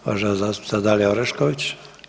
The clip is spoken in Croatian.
Uvažena zastupnica Dalija Orešković.